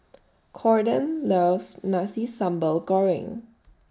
Cordell loves Nasi Sambal Goreng